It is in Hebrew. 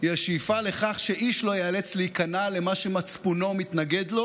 היא השאיפה לכך שאיש לא ייאלץ להיכנע למה שמצפונו מתנגד לו,